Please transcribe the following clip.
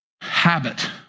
habit